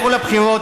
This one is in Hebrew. לכו לבחירות,